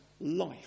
life